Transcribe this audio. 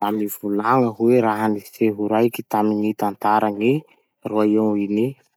Mba mivolagna hoe raha-niseho raiky tamy gny tantara gny Rayau-Uni?